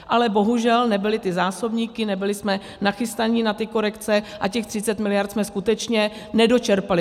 Ale bohužel nebyly ty zásobníky, nebyli jsme nachystaní na ty korekce a těch 30 mld. jsme skutečně nedočerpali.